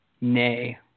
Nay